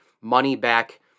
money-back